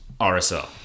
RSL